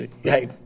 hey